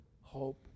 hope